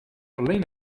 alleen